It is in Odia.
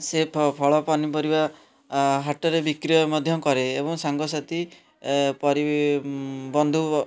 ସେ ଫଳ ପନିପରିବା ହାଟରେ ବିକ୍ରୟ ମଧ୍ୟ କରେ ଏବଂ ସାଙ୍ଗସାଥୀ ପରି ବନ୍ଧୁ